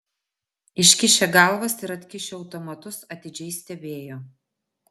iškišę galvas ir atkišę automatus atidžiai stebėjo